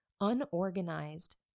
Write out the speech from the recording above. unorganized